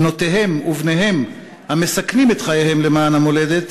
בנותיהם ובניהם המסכנים את חייהם למען המולדת